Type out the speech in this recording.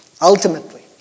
Ultimately